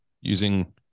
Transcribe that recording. using